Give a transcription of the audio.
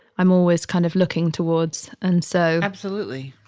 i'm always kind of looking towards. and so absolutely.